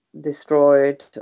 destroyed